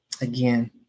Again